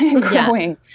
growing